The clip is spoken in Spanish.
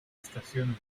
estaciones